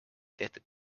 tehtud